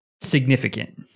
significant